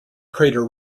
crater